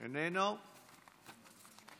איננו,